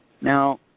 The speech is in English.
Now